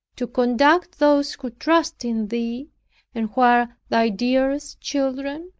to conduct those who trust in thee and who are thy dearest children?